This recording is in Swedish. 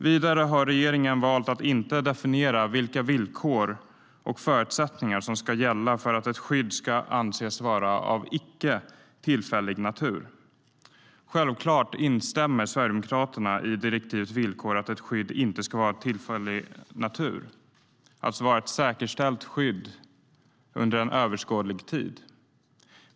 Vidare har regeringen valt att inte definiera vilka villkor och förutsättningar som ska gälla för att ett skydd ska anses vara av "icke tillfällig natur". Självklart instämmer Sverigedemokraterna i direktivets villkor att ett skydd inte ska vara av tillfällig natur. Det ska vara ett säkerställt skydd under en överskådlig tid.